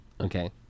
Okay